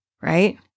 right